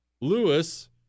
Lewis